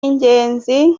ingenzi